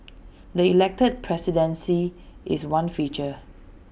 the elected presidency is one feature